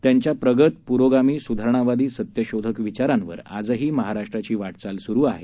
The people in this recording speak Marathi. त्यांच्या प्रगत पुरोगामी सुधारणावादी सत्यशोधक विचारांवर आजही महाराष्ट्राची वाटचाल सुरु आहे